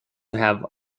have